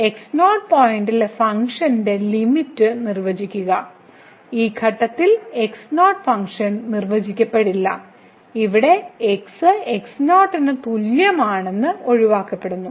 x0 പോയിന്റിലെ ഫംഗ്ഷന്റെ limit നിർവചിക്കുക ഈ ഘട്ടത്തിൽ x0 ഫംഗ്ഷൻ നിർവചിക്കപ്പെടില്ല ഇവിടെ x x0 ന് തുല്യമാണെന്ന് ഒഴിവാക്കപ്പെടുന്നു